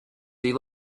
sea